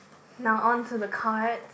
now on to the cards